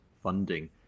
funding